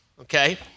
okay